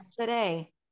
today